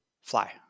fly